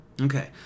Okay